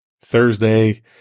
Thursday